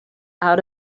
out